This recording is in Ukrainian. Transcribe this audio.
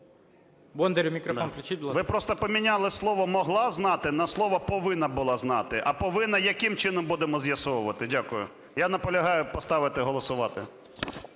Ви просто поміняли слово "могла знати" на слово "повинна була знати". А "повинна" яким чином будемо з'ясовувати? Дякую. Я наполягаю поставити голосувати.